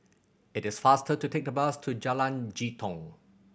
it is faster to take the bus to Jalan Jitong